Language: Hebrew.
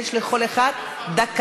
יש לכל אחד דקה,